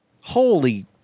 Holy